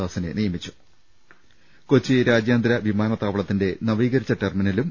ദാസിനെ നിയമിച്ചു കൊച്ചി രാജ്യാന്തരവിമാനത്താവളത്തിന്റെ നവീകരിച്ച ടെർമിനലും